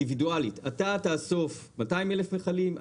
באופן אינדיבידואלי: אתה תאסוף 200,000 מכלים,